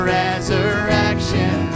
resurrection